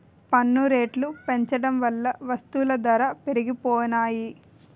పన్ను రేట్లు పెంచడం వల్ల వస్తువుల ధరలు పెరిగిపోనాయి